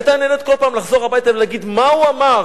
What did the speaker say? היא היתה נהנית כל פעם לחזור הביתה ולהגיד מה הוא אמר,